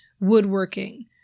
woodworking